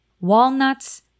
Walnuts